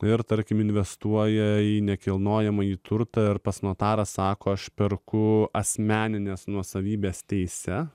ir tarkim investuoja į nekilnojamąjį turtą ar pas notarą sako aš perku asmeninės nuosavybės teise